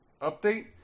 Update